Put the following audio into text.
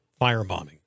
firebombing